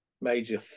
major